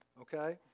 okay